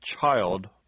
child